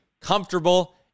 comfortable